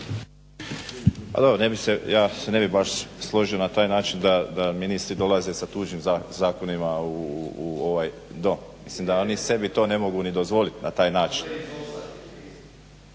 Pa dobro ja se ne bih baš složio na taj način da ministri dolaze sa tuđim zakonima u ovaj Dom. Mislim da oni sebi ne mogu dozvoliti na taj način.